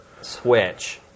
Switch